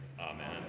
Amen